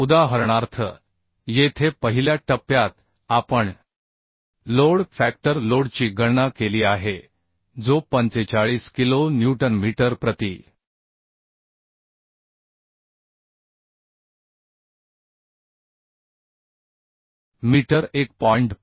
उदाहरणार्थ येथे पहिल्या टप्प्यात आपण लोड फॅक्टर लोडची गणना केली आहे जो 45 किलो न्यूटन मीटर प्रति मीटर 1